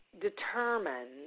determine